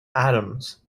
adams